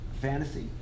Fantasy